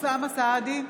אוסאמה סעדי,